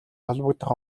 холбогдох